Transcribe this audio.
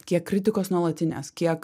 kiek kritikos nuolatinės kiek